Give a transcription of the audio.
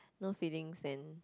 no feeling then